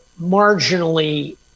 marginally